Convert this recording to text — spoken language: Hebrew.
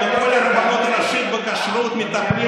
אנו שמים סוף למונופול הרבנות הראשית בכשרות ומטפלים